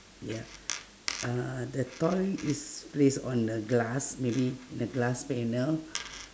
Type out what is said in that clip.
ya uhh the toy is placed on a glass maybe in a glass panel